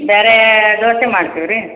ಬೇರೆ ದೋಸೆ ಮಾಡ್ತಿವಿ ರೀ